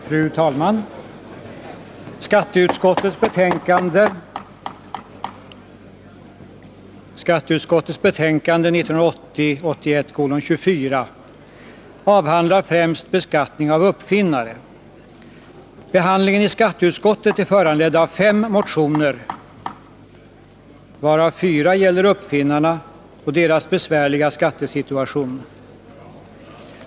Fru talman! Skatteutskottets betänkande 1980/81:24 avhandlar främst beskattning av uppfinnare. Behandlingen i skatteutskottet är föranledd av fem motioner, varav fyra gäller uppfinnarna och deras besvärliga skattesituation.